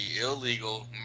illegal